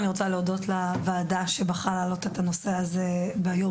אני רוצה להודות לוועדה שבחרה להעלות את הנושא הזה ביום